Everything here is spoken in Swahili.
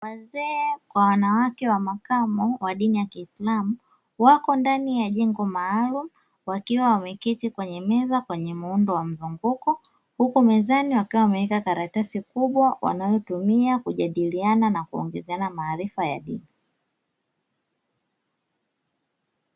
Wazee kwa wanawake wa makamu wa dini ya kiislamu, wako ndani ya jengo maalumu wakiwa wameketi kwenye meza kwenye muundo wa mzunguko, huku mezani wameweka karatasi kubwa wanayotumia kujadiliana na kuongezeana maarifa ya juu.